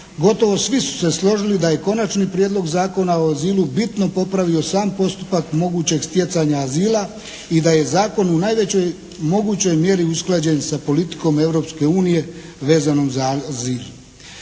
Gotovo svi su se složili da je Konačni prijedlog Zakona o azilu bitno popravio sam postupak mogućeg stjecanja azila i da je zakon u najvećoj mogućoj mjeri usklađen sa politikom Europske unije vezano za azil.